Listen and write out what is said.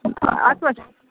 اَتھ پٮ۪ٹھ